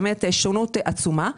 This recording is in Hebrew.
שונות עצומה.